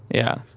yeah.